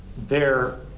their